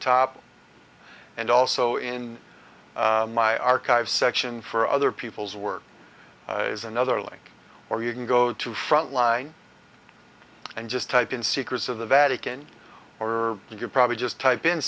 top and also in my archive section for other people's work is another link or you can go to frontline and just type in secrets of the vatican or you could probably just type in